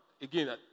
Again